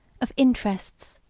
of interests,